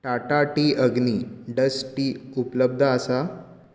Tata tea Agni dust tea उपलब्ध आसा